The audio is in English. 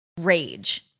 rage